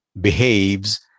behaves